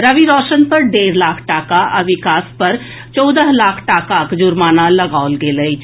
रवि रौशन पर डेढ़ लाख टाका आ विकास पर चौदह लाख टाकाक जुर्माना लगाओल गेल अछि